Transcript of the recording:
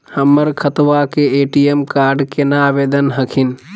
हमर खतवा के ए.टी.एम कार्ड केना आवेदन हखिन?